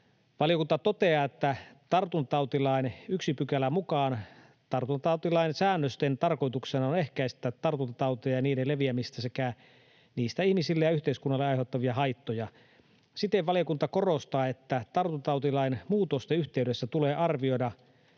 Valiokunta toteaa, että tartuntatautilain 1 §:n mukaan tartuntatautilain säännösten tarkoituksena on ehkäistä tartuntatauteja ja niiden leviämistä sekä niistä ihmisille ja yhteiskunnalle aiheutuvia haittoja. Siten valiokunta korostaa, että tartuntatautilain muutosten yhteydessä tulee arvioida